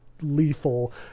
lethal